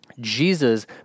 Jesus